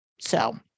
So-